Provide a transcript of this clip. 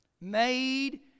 Made